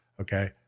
Okay